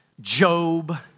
Job